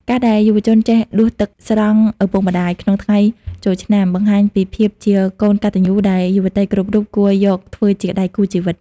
ការដែលយុវជនចេះ "ដួសទឹកស្រង់ឪពុកម្ដាយ" ក្នុងថ្ងៃចូលឆ្នាំ បង្ហាញពីភាពជាកូនកតញ្ញូដែលយុវតីគ្រប់រូបគួរយកធ្វើជាដៃគូជីវិត។